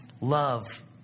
Love